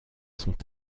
sont